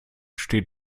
stehen